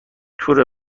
تور